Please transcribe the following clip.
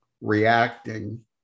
reacting